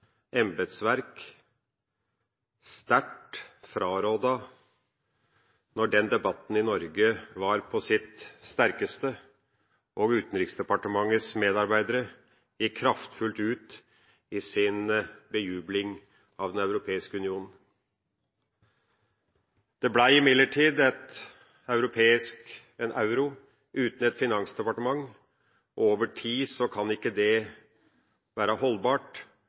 embetsverk sterkt frarådet da den debatten var på sitt sterkeste i Norge og Utenriksdepartementets medarbeidere gikk kraftfullt ut i sin bejubling av Den europeiske union. Det ble imidlertid en euro uten et finansdepartement. Over tid kan ikke det være holdbart.